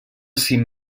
cim